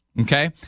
Okay